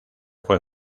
fue